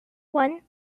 one